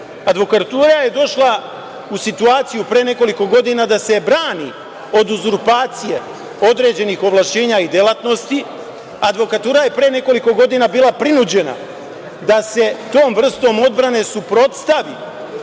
Advokatura je došla u situaciju pre nekoliko godina da se brani od uzurpacije određenih ovlašćenja i delatnosti. Advokatura je pre nekoliko godina bila prinuđena da se tom vrstom odbrane suprotstavi